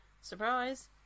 surprise